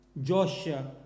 Joshua